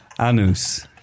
anus